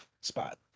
spot